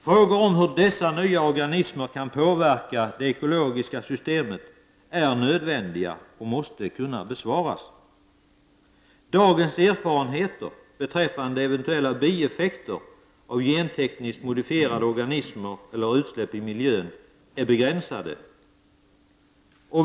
Frågor om hur dessa nya organismer kan påverka det ekologiska systemet är nödvändiga och måste kunna besvaras. Dagens erfarenheter beträffande eventuella bieffekter av genteknisk modifierade organismer eller utsläpp i miljön är begränsade.